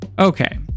Okay